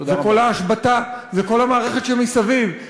זה כל המערכת שמסביב,